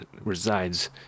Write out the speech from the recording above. resides